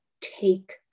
take